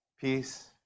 peace